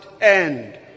end